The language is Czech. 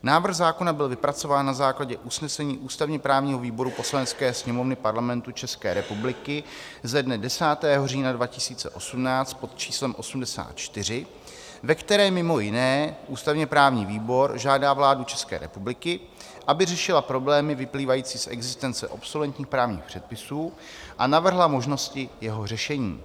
Návrh zákona byl vypracován na základě usnesení ústavněprávního výboru Poslanecké sněmovny Parlamentu České republiky ze dne 10. října 2018 pod číslem 84, ve které mimo jiné ústavněprávní výbor žádá vládu České republiky, aby řešila problémy vyplývající z existence obsoletních právních předpisů a navrhla možnosti jeho řešení.